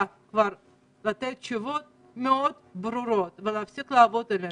חייב כבר לתת תשובות מאוד ברורות ולהפסיק לעבוד עלינו.